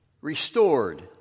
restored